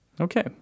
Okay